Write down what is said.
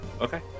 Okay